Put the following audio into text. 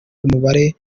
umubare